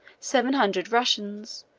seven hundred russians,